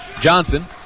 Johnson